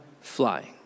flying